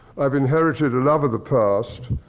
i've inherited a love of the past,